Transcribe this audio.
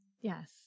Yes